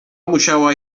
musiała